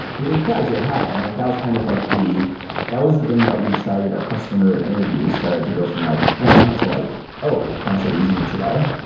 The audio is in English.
with apis, yeah you don't have it. and like that was kind of like the that was the thing that we started our customer interview started to go from like, ah, and to like, oh! can i start using it today?